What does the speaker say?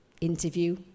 Interview